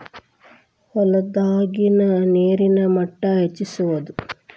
ಹೊಲದಾಗಿನ ನೇರಿನ ಮಟ್ಟಾ ಹೆಚ್ಚಿಸುವದು